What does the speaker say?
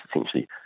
essentially